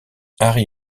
harry